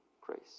grace